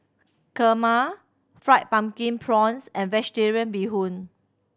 kurma Fried Pumpkin Prawns and Vegetarian Bee Hoon